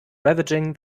ravaging